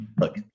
look